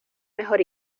mejor